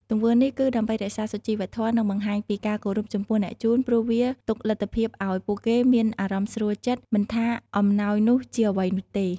ទង្វើនេះគឺដើម្បីរក្សាសុជីវធម៌ និងបង្ហាញពីការគោរពចំពោះអ្នកជូន ព្រោះវាទុកលទ្ធភាពឲ្យពួកគេមានអារម្មណ៍ស្រួលចិត្ត មិនថាអំណោយនោះជាអ្វីនោះទេ។